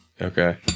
okay